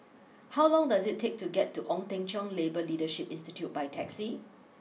how long does it take to get to Ong Teng Cheong Labour Leadership Institute by taxi